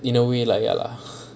in a way lah ya lah